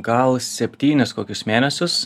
gal septynis kokius mėnesius